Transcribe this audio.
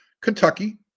Kentucky